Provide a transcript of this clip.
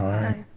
aye.